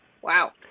Wow